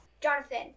Jonathan